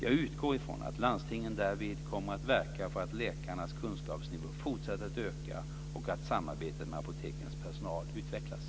Jag utgår ifrån att landstingen därvid kommer att verka för att läkarnas kunskapsnivå fortsätter att öka och att samarbetet med apotekens personal utvecklas.